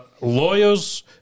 lawyers